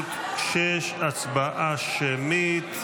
הסתייגות 6, הצבעה שמית.